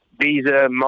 Visa